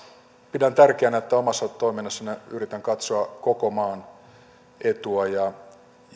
pidän tärkeänä että omassa toiminnassani yritän katsoa koko maan etua ja